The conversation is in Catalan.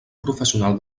professional